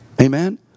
Amen